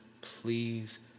Please